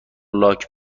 لاک